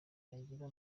yagira